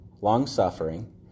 long-suffering